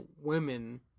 women